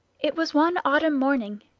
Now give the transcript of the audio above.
it was one autumn morning,